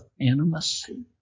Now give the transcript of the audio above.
intimacy